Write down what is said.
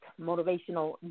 motivational